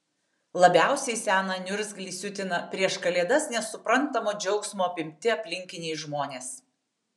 labiausiai seną niurzglį siutina prieš kalėdas nesuprantamo džiaugsmo apimti aplinkiniai žmonės